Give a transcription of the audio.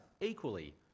equally